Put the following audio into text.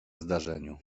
zdarzeniu